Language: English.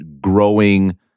growing